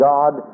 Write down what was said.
God